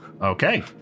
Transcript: Okay